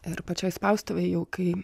ir pačioj spaustuvėj jau kai